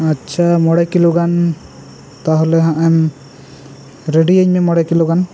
ᱟᱪᱪᱷᱟ ᱢᱚᱬᱮ ᱠᱤᱞᱟᱹ ᱜᱟᱱ ᱛᱟᱦᱚᱞᱮ ᱦᱟᱸᱜ ᱮᱢ ᱨᱮᱰᱤᱭᱟᱹᱧ ᱢᱮ ᱢᱚᱬᱮ ᱠᱤᱞᱟᱹ ᱜᱟᱱ